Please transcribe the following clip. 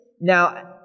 Now